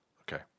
okay